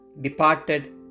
departed